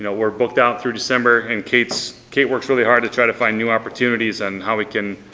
you know we're booked out through december and kate so kate works really hard to try to find new opportunities and how we can